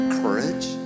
courage